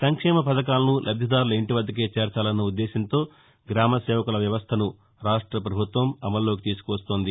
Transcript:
సంక్షేమ పథకాలను లబ్దిదారుల ఇంటివర్దకే చేర్చాలన్న ఉద్దేశ్యంతో గ్రామ సేవలకుల వ్యవస్థను రాష్ట్రపభుత్వం అమల్లోకి తీసుకువస్తోంది